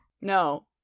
No